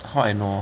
how I know